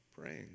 Praying